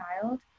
child